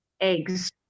eggs